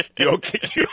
Okay